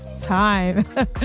time